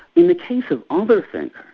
in the case of other thinkers,